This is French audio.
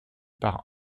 par